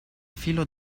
filo